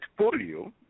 polio